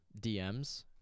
DMs